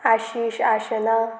Ashish Aashna